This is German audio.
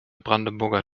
brandenburger